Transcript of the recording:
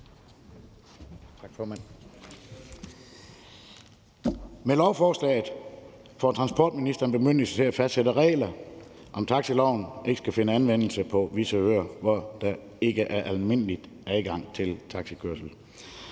Med lovforslaget får transportministeren bemyndigelse til at fastsætte regler om, at taxiloven ikke skal finde anvendelse på visse øer, hvor der ikke er almindelig adgang til taxakørsel,